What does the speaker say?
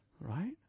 right